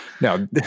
Now